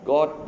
God